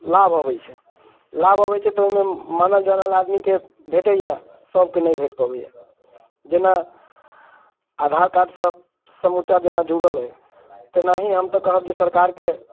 लाभ अबैत छै लाभ अबैत छै तऽ ओहिमे मानल जानल आदमीके भेटैया सबकेँ नहि भेट पबैया जेना आधार कार्ड सब समूचा जेना जुड़ल अइ तेनाहि हम तऽ कहब जे सरकारके